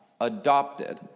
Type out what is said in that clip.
adopted